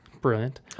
Brilliant